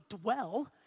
dwell